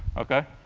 ok?